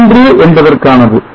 3 என்பதற்கானது